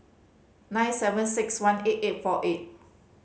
nine seven six one eight eight four eight